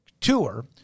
Tour